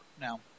Now